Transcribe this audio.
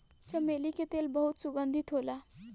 चमेली के तेल बहुत सुगंधित होला